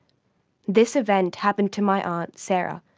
this event happened to my aunt, sarah,